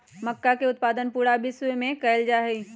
मक्का के उत्पादन पूरा विश्व में कइल जाहई